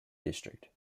district